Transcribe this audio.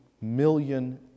million